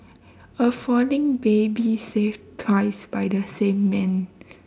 affording babies save ties by the same man